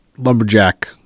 Lumberjack